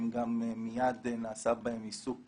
אלא גם מיד נעשה בהן עיסוק